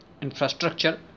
infrastructure